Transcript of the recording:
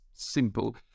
Simple